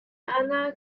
anna